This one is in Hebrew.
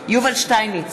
יובל שטייניץ,